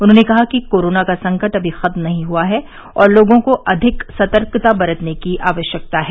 उन्होंने कहा कि कोरोना का संकट अभी खत्म नहीं हुआ है और लोगों को अधिक सतर्कता बरतने की आवश्यकता है